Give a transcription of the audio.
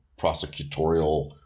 prosecutorial